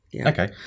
Okay